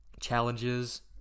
challenges